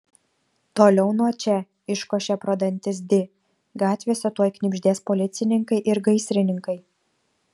toliau nuo čia iškošė pro dantis di gatvėse tuoj knibždės policininkai ir gaisrininkai